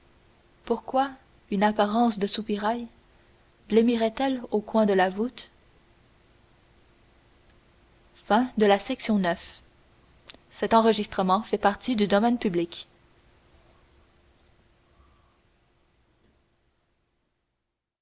pourquoi une apparence de soupirail blêmirait elle au coin de la voûte